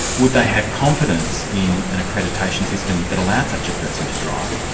would they have confidence in an accreditation system that allowed such a person to drive,